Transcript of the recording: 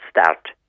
start